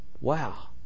Wow